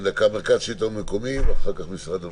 מרכז שלטון מקומי ואחר כך משרד הבריאות.